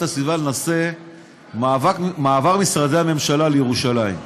הסביבה בנושא מעבר משרדי הממשלה לירושלים,